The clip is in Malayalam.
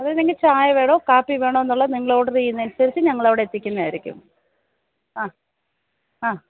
അതെ ചായ വേണോ കാപ്പി വേണമോ എന്നുള്ളതു നിങ്ങളോഡർ ചെയ്യുന്നതിനനുസരിച്ച് ഞങ്ങളവിടെ എത്തിക്കുന്നതായിരിക്കും ആ ആ